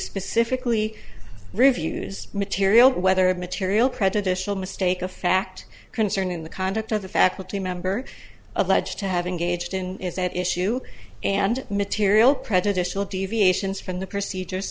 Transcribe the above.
specifically reviews material whether a material prejudicial mistake of fact concerning the conduct of the faculty member of ledge to having gauged in that issue and material prejudicial deviations from the procedures